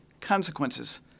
consequences